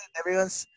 everyone's